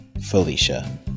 felicia